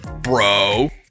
bro